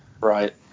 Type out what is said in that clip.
right